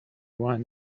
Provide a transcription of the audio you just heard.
won